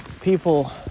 people